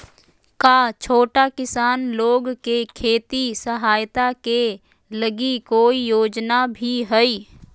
का छोटा किसान लोग के खेती सहायता के लगी कोई योजना भी हई?